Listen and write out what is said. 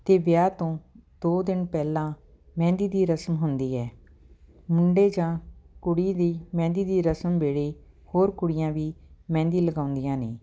ਅਤੇ ਵਿਆਹ ਤੋਂ ਦੋ ਦਿਨ ਪਹਿਲਾਂ ਮਹਿੰਦੀ ਦੀ ਰਸਮ ਹੁੰਦੀ ਹੈ ਮੁੰਡੇ ਜਾਂ ਕੁੜੀ ਦੀ ਮਹਿੰਦੀ ਦੀ ਰਸਮ ਵੇਲੇ ਹੋਰ ਕੁੜੀਆਂ ਵੀ ਮਹਿੰਦੀ ਲਗਾਉਂਦੀਆਂ ਨੇ